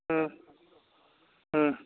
ꯎꯝ ꯎꯝ